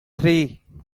three